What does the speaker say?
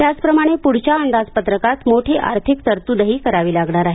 त्याचप्रमाणे पुढच्या अंदाजपत्रकात मोठी आर्थिक तरतूदही करावी लागणार आहे